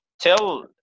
tell